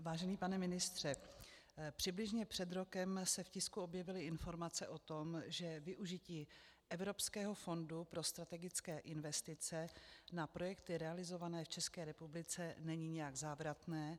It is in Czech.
Vážený pane ministře, přibližně před rokem se v tisku objevily informace o tom, že využití Evropského fondu pro strategické investice na projekty realizované v České republice není nijak závratné.